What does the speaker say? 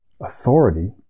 authority